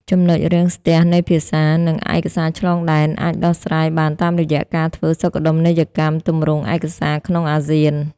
ចំណុចរាំងស្ទះនៃ "ភាសា និងឯកសារឆ្លងដែន" អាចដោះស្រាយបានតាមរយៈការធ្វើសុខដុមនីយកម្មទម្រង់ឯកសារក្នុងអាស៊ាន។